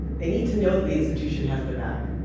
they need to know that the institution has their back.